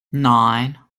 nine